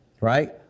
Right